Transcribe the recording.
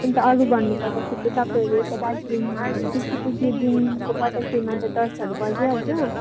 अन्त अरू भन्नु पर्दाखेरि चाहिँ तपाईँहरू यता दाार्जिलिङमा त्यस पछि त्यो घुमको बतासेमा त दसहरू बजी हाल्छ